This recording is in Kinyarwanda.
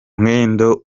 mwendo